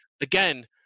again